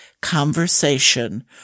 conversation